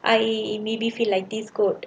I it maybe feel like this good